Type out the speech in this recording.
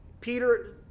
Peter